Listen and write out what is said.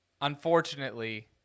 Unfortunately